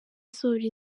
asohora